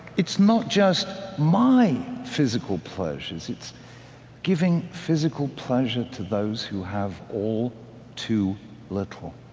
it's not just my physical pleasures. it's giving physical pleasure to those who have all too little.